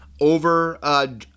over